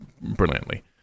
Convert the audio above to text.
brilliantly